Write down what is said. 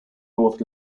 north